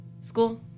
school